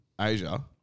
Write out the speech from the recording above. Asia